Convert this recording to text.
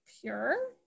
pure